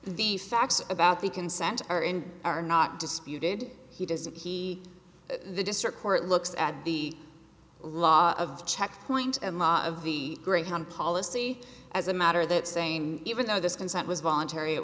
the facts about the consent are in are not disputed he does and he the district court looks at the law of checkpoints and law of the greyhound policy as a matter that saying even though this consent was voluntary it